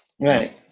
right